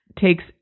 takes